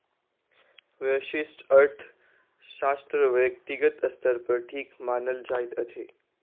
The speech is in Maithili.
व्यष्टि अर्थशास्त्र व्यक्तिगत स्तर पर ठीक मानल जाइत अछि